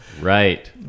Right